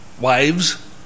wives